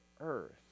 earth